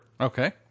Okay